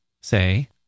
say